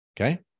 Okay